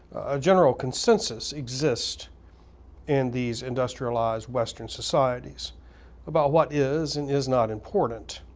a general consensus exists in these industrialized western societies about what is and is not important